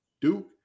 Duke